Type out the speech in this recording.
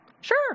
Sure